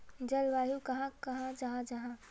जलवायु कहाक कहाँ जाहा जाहा?